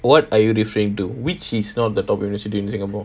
what are you referring to which is not the top university in singapore